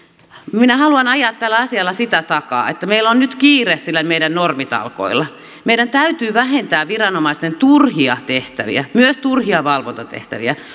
minä haluan ajaa tällä asialla takaa sitä että meillä on nyt kiire niillä meidän normitalkoilla meidän täytyy vähentää viranomaisten turhia tehtäviä myös turhia valvontatehtäviä